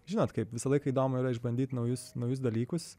žinot kaip visą laiką įdomu yra išbandyt naujus naujus dalykus